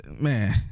man